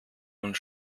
und